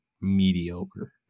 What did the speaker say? mediocre